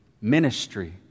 ministry